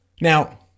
Now